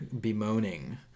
bemoaning